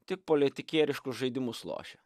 tik politikieriškus žaidimus lošia